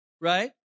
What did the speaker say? right